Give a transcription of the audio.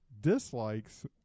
dislikes